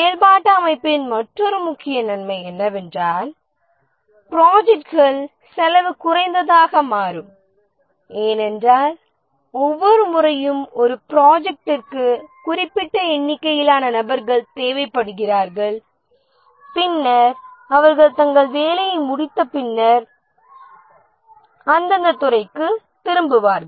செயல்பாட்டு அமைப்பின் மற்றொரு முக்கிய நன்மை என்னவென்றால் ப்ராஜெக்ட்கள் செலவு குறைந்ததாக மாறும் ஏனென்றால் ஒவ்வொரு முறையும் ஒரு ப்ராஜெக்ட்ற்கு குறிப்பிட்ட எண்ணிக்கையிலான நபர்கள் தேவைப்படுகிறார்கள் பின்னர் அவர்கள் தங்கள் வேலையை முடித்த பின்னர் அந்தந்த துறைக்குத் திரும்புவார்கள்